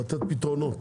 לתת פתרונות.